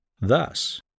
Thus